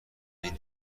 این